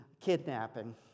kidnapping